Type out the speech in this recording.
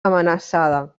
amenaçada